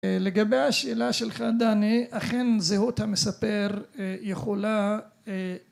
לגבי השאלה שלך דני אכן זהות המספר יכולה